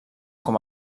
com